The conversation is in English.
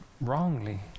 wrongly